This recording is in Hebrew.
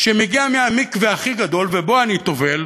שמגיע מהמקווה הכי גדול ובו אני טובל,